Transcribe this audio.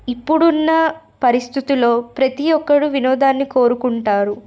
ఇప్పుడున్న పరిస్థితిలో ప్రతీ ఒక్కడు వినోదాన్ని కోరుకుంటారు